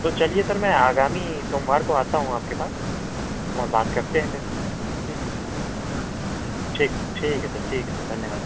तो चलिए सर मैं आगामी सोमवार को आता हूँ आपके पास और बात करते हैं फिर ठीक ठीक है सर ठीक है धन्यवाद